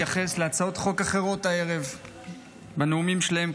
להתייחס להצעות חוק אחרות בנאומים שלהם,